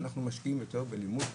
אנחנו משקיעים יותר בלימוד,